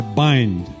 bind